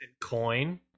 coin